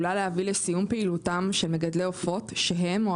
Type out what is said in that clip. לסיום פעילותם של מגדלי עופות שהם או